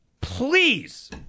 Please